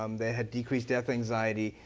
um they had decreased death anxiety,